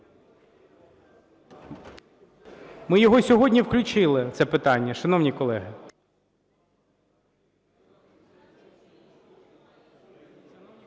Ми його сьогодні включили, це питання, шановні колеги.